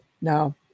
No